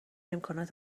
امکانات